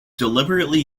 deliberately